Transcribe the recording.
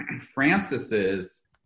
Francis's